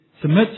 submit